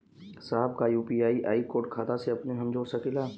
साहब का UPI code खाता से अपने हम जोड़ सकेला?